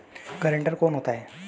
Guarantor कौन होता है?